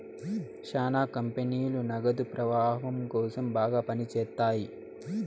శ్యానా కంపెనీలు నగదు ప్రవాహం కోసం బాగా పని చేత్తాయి